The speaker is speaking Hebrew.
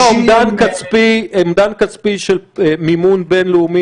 יש לך אומדן כספי של מימון בין-לאומי